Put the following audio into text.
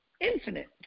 infinite